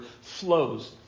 flows